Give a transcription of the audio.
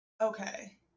Okay